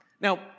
Now